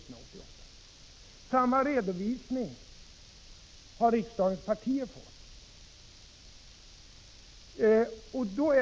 Samma redovisning har riksdagens partier fått.